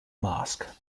mask